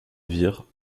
vire